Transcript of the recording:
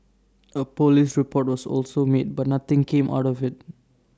A Police report was also made but nothing came out of IT